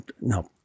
no